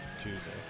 Tuesday